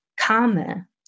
karma